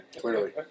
Clearly